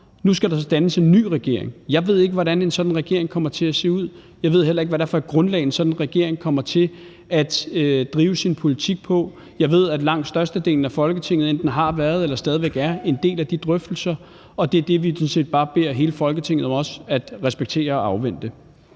Nu skal der så dannes en ny regering. Jeg ved ikke, hvordan en sådan regering kommer til at se ud. Jeg ved heller ikke, hvad det er for et grundlag, en sådan regering kommer til at drive sin politik på. Jeg ved, at langt størstedelen af Folketinget enten har været eller stadig væk er en del af de drøftelser, og det er det, vi sådan set bare beder hele Folketinget om også at respektere og afvente.